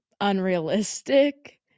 unrealistic